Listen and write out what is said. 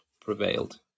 prevailed